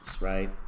right